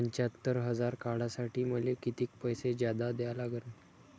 पंच्यात्तर हजार काढासाठी मले कितीक पैसे जादा द्या लागन?